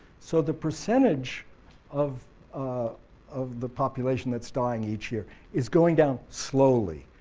so the percentage of ah of the population that's dying each year is going down slowly,